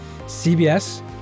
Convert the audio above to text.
CBS